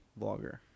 vlogger